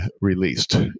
released